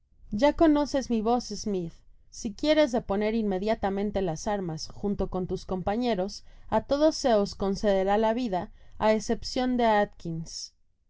ya conoces mi voz smita si quieres deponer inmediatamente las armas junto con tus compañeros á todos se os concederá la vida á escepcion da atkins